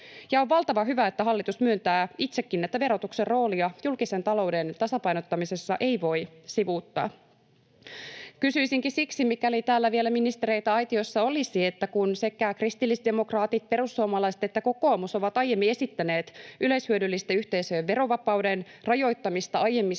on valtavan hyvä, että hallitus myöntää itsekin, että verotuksen roolia julkisen talouden tasapainottamisessa ei voi sivuuttaa. Kysyisinkin siksi, mikäli täällä vielä ministereitä aitiossa olisi: Kun sekä kristillisdemokraatit, perussuomalaiset että kokoomus ovat aiemmin esittäneet yleishyödyllisten yhteisöjen verovapauden rajoittamista aiemmissa